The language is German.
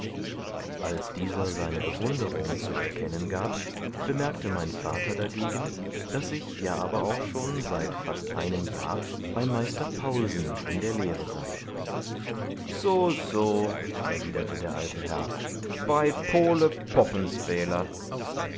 als dieser seine bewunderung zu erkennen gab bemerkte mein vater dagegen daß ich ja aber auch schon seit fast einem jahr bei meister paulsen in der lehre sei so so erwiderte der alte herr bei pole poppenspäler